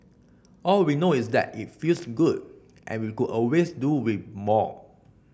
all we know is that it feels good and we could always do with more